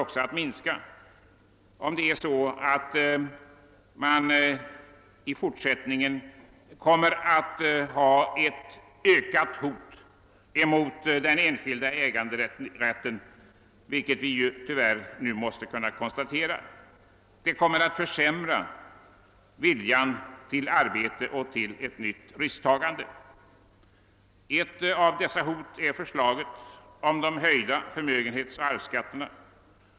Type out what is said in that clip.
Och det ökade hotet mot den enskilda äganderätten bidrar starkt till att försämra arbetsviljan och lusten till förnyat risktagande. Ett av hoten därvidlag är förslaget till höjda förmögenhetsoch arvsskatter.